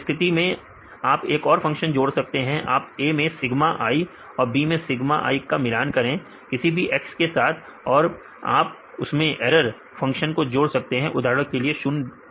इस स्थिति में आप एक और फंक्शन जोड़ सकते हैं आप A के सिग्मा i और B के सिग्मा i का मिलान करें किसी भी X के साथ और आप उसमें ऐरर फंक्शन को जोड़ सकते हैं उदाहरण के लिए या 005 है